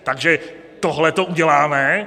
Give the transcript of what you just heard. Takže tohleto uděláme?